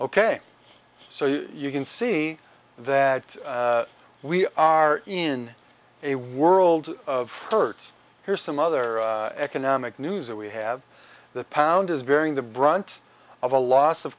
ok so you can see that we are in a world of hurt here's some other economic news that we have the pound is varying the brunt of a loss of